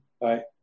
Bye